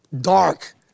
dark